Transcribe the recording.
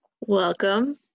Welcome